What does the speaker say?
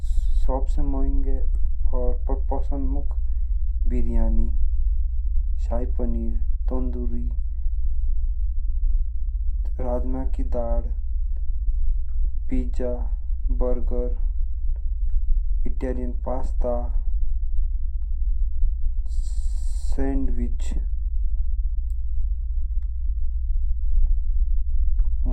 सबसे मयाँगे अर पसंद मुक। बिरयानी, शाही, पनीर, तंदूरी, राजमा की दाल, पिज्जा, बर्गर, सैंडविच,